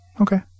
Okay